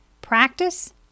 practice